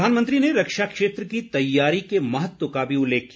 प्रधानमंत्री ने रक्षा क्षेत्र की तैयारी के महत्व का भी उल्लेख किया